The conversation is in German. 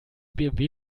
bmw